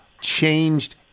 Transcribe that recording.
changed